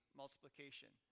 multiplication